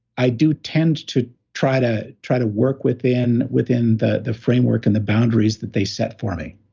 i do tend to try to try to work within within the the framework and the boundaries that they set for me.